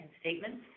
statements